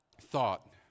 thought